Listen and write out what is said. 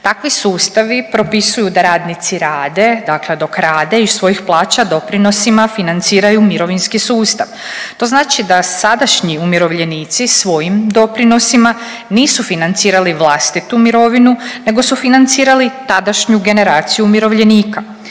Takvi sustavi propisuju da radnici rade, dakle dok rade iz svojih plaća doprinosima financiraju mirovinski sustav. To znači da sadašnji umirovljenici svojim doprinosima nisu financirali vlastitu mirovinu nego su financirali tadašnju generaciju umirovljenika.